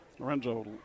Lorenzo